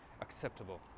acceptable